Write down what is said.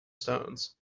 stones